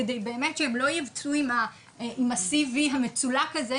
כדי באמת שהם לא יצאו עם ה-CV המצולק הזה,